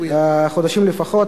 חודשים לפחות,